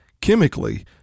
Chemically